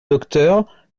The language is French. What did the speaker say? docteur